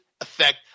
effect